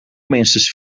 minstens